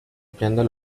ampliando